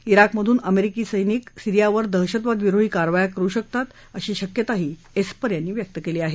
इराकमधून अमेरिकी सैनिक सिरीयावर दहशतवाद विरोधी कारवाया करु शकतात अशी शक्यताही एस्पर यांनी व्यक्त केली आहे